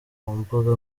mbuga